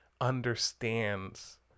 understands